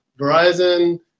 Verizon